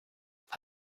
will